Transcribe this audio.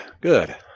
good